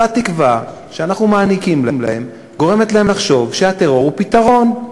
אותה תקווה שאנחנו מעניקים להם גורמת להם לחשוב שהטרור הוא פתרון.